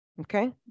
Okay